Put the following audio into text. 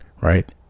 Right